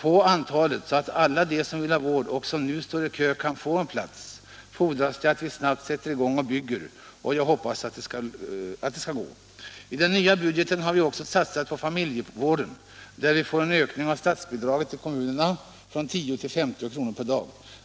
på antalet så att alla de som vill ha vård och som nu står i kö kan få en plats fordras det att vi snabbt sätter i gång och bygger, och jag hoppas att det också skall gå. I den nya budgeten har vi också satsat på familjevården, där vi får en ökning av statsbidraget till kommunerna från 10 till 50 kr. per dag.